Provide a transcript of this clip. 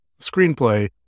screenplay